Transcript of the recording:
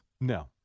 No